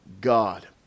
God